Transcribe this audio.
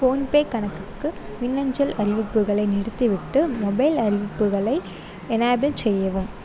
PhonePe கணக்குக்கு மின்னஞ்சல் அறிவிப்புகளை நிறுத்திவிட்டு மொபைல் அறிவிப்புகளை எனேபிள் செய்யவும்